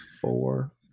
four